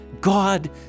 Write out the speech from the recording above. God